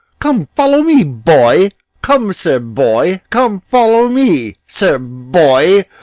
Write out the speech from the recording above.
come, follow me, boy come, sir boy, come, follow me. sir boy,